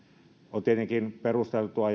on tietenkin perusteltua